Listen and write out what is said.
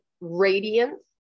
radiance